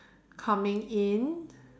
coming in